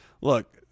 Look